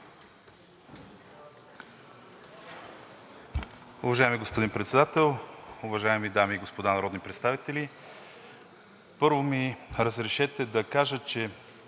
Уважаеми господин Председател, уважаеми дами и господа народни представители! Първо ми разрешете да кажа, че